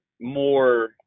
more